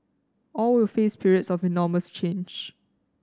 all will face periods of enormous change